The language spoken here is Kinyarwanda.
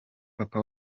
papa